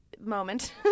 Moment